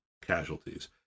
casualties